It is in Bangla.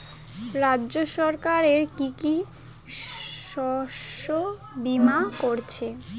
রাজ্য সরকারের কি কি শস্য বিমা রয়েছে?